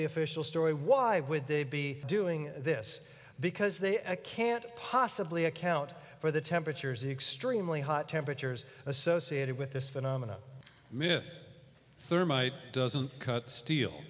the official story why would they be doing this because they can't possibly account for the temperatures extremely hot temperatures associated with this phenomenon myth thermite doesn't cut ste